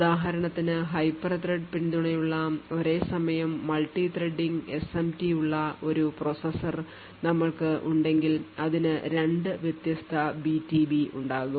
ഉദാഹരണത്തിന് hyper thread പിന്തുണയുള്ള ഒരേസമയം multithreading SMT ഉള്ള ഒരു പ്രോസസർ ഞങ്ങൾക്ക് ഉണ്ടെങ്കിൽഅതിനു രണ്ട് വ്യത്യസ്ത BTB ഉണ്ടാകും